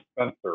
Spencer